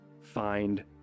find